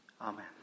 Amen